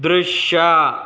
ದೃಶ್ಯ